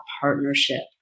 partnership